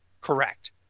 Correct